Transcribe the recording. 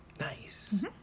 Nice